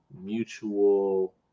mutual